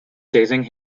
chasing